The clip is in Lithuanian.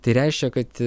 tai reiškia kad